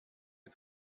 est